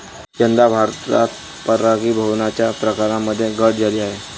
यंदा भारतात परागीभवनाच्या प्रकारांमध्ये घट झाली आहे